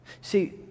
See